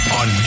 on